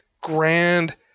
grand